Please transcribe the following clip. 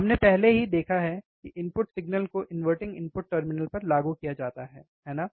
हमने पहले ही देखा है कि इनपुट सिग्नल को इनवर्टिंग इनपुट टर्मिनल पर लागू किया जाता है है ना